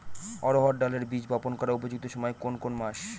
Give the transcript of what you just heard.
অড়হড় ডালের বীজ বপন করার উপযুক্ত সময় কোন কোন মাস?